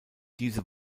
diese